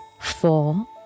four